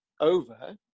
over